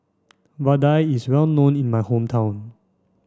Vadai is well known in my hometown